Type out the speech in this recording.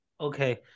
Okay